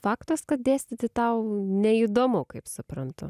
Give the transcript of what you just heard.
faktas kad dėstyti tau neįdomu kaip suprantu